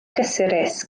gysurus